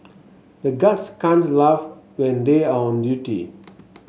the guards can't laugh when they are on duty